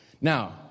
Now